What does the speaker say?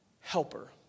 Helper